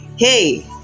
Hey